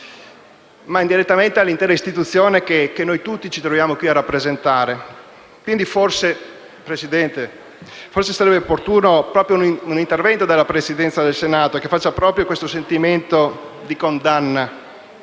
ma, indirettamente, sull'intera istituzione che noi tutti ci troviamo qui a rappresentare. Forse, signor Presidente, sarebbe opportuno un intervento della Presidenza del Senato che facesse proprio questo sentimento di condanna,